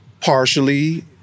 partially